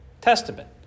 testament